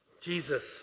Jesus